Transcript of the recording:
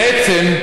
בעצם,